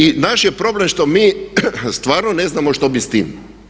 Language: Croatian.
I naše je problem što mi stvarno ne znamo što bi sa time.